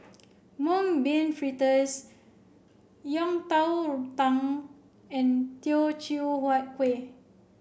Mung Bean Fritters Yang Dang Tang and Teochew Huat Kuih